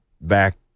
back